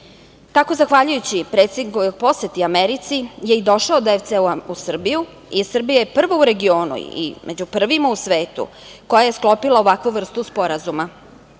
Tako zahvaljujući predsednikovoj poseti Americi je i došao DFC u Srbiju i Srbija je prva u regionu i među prvima u svetu koja je sklopila ovakvu vrstu sporazuma. Njegov